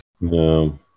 No